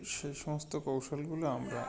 সেই সমস্ত কৌশলগুলো আমরা